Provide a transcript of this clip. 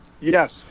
Yes